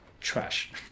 trash